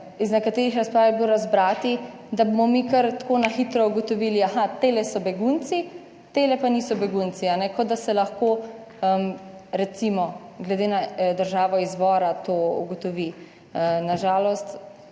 iz nekaterih razprav je bilo razbrati, da bomo mi kar tako na hitro ugotovili, aha, tile so begunci, tile pa niso begunci, kot da se lahko recimo glede na državo izvora to ugotovi, na žalost